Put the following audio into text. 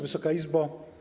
Wysoka Izbo!